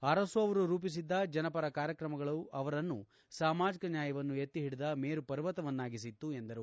ಅರಸು ಅವರು ರೂಪಿಸಿದ್ದ ಜನಪರ ಕಾರ್ಯಕ್ರಮಗಳು ಅವರನ್ನು ಸಾಮಾಜಿಕ ನ್ಯಾಯವನ್ನು ಎತ್ತಿ ಹಿಡಿದ ಮೇರು ಪರ್ವತವನ್ನಾಗಿಸಿತ್ತು ಎಂದರು